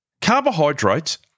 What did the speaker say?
Carbohydrates